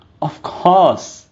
of course